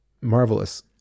marvelous